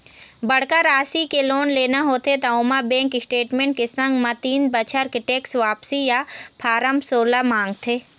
बड़का राशि के लोन लेना होथे त ओमा बेंक स्टेटमेंट के संग म तीन बछर के टेक्स वापसी या फारम सोला मांगथे